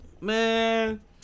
Man